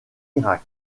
irak